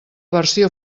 versió